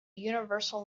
universal